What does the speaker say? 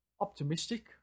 optimistic